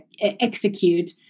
execute